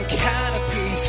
canopy